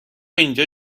اینجا